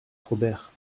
robert